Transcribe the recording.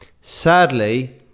Sadly